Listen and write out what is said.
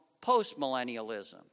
post-millennialism